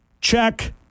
check